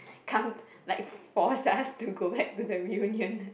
come like force us to go back to the reunion